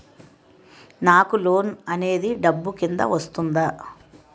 నాకు లోన్ అనేది డబ్బు కిందా వస్తుందా?